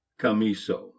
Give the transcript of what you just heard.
Camiso